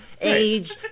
age